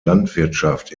landwirtschaft